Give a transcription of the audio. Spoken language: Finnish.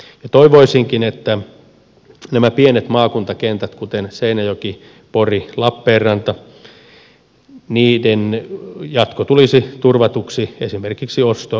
toivoisinkin että näiden pienten maakuntakenttien kuten seinäjoen porin lappeenrannan jatko tulisi turvatuksi esimerkiksi ostoliikennesopimuksin